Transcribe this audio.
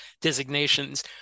designations